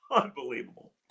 Unbelievable